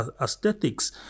aesthetics